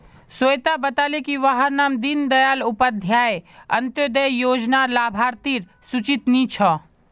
स्वेता बताले की वहार नाम दीं दयाल उपाध्याय अन्तोदय योज्नार लाभार्तिर सूचित नी छे